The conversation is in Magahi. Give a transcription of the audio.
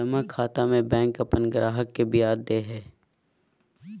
जमा खाता में बैंक अपन ग्राहक के ब्याज दे हइ